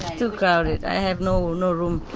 too crowded, i have no no room.